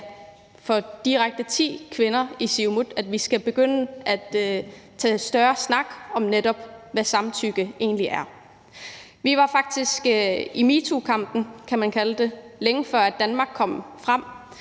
for ti kvinder i Siumut for, at vi skal begynde at snakke mere om, hvad samtykke egentlig er. Vi var faktisk med i metookampen – kan man kalde det – længe før Danmark var fremme